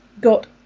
got